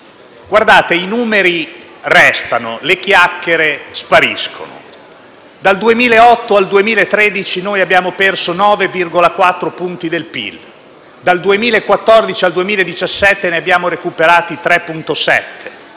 Colleghi, i numeri restano; le chiacchiere spariscono. Dal 2008 al 2013 abbiamo perso 9,4 punti del PIL; dal 2014 al 2017 ne abbiamo recuperati 3,7: sono